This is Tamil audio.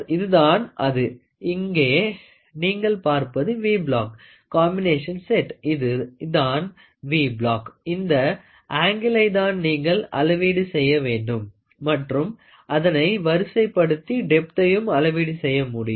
இதுதான் அது இங்கே நீங்கள் பார்ப்பது வி பிளாக் காம்பினேஷன் செட் இது தான் வி பிளாக் இந்த அங்கிளை தான் நீங்கள் அளவீடு செய்ய வேண்டும் மற்றும் அதனை வரிசைப்படுத்தி டெப்த்தையும் அளவீடு செய்ய முடியும்